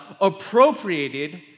appropriated